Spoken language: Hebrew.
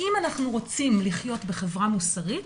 אם אנחנו רוצים לחיות בתוך חברה מוסרית,